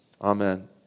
Amen